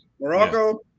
Morocco